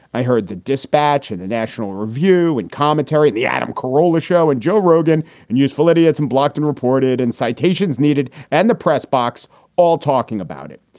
i heard the dispatch and the national review and commentary at the adam carolla show and joe rogan and useful idiots and blogged and reported and citations needed and the press box all talking about it.